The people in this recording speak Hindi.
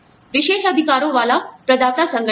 पसंदीदाविशेषाधिकारों वाला प्रदाता संगठन